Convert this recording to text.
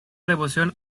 devoción